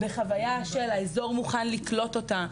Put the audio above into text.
בחוויה שהאזור מוכן לקלוט אותה.